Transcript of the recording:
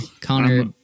Connor